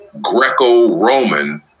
Greco-Roman